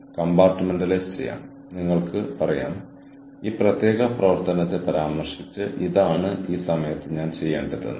ഒരുപക്ഷേ എനിക്ക് call of ഡ്യൂട്ടിക്ക് മുകളിലേക്കും അപ്പുറത്തേക്കും പോയി ഈ ഉപഭോക്താവിനെ സഹായിക്കേണ്ടതുണ്ട്